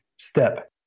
Step